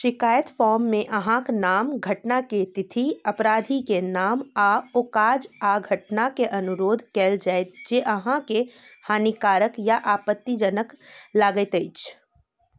शिकायत फॉर्ममे अहाँकऽ नाम घटनाके तिथि अपराधीके नाम आ ओ काज आ घटनाकके अनुरोध कयल जायत जे अहाँकेँ हानिकारक या आपत्तिजनक लागैत अछि